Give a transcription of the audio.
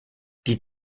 die